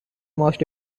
most